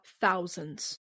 Thousands